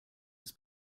his